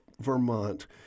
Vermont